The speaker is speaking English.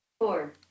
Four